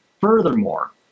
Furthermore